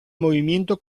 movimiento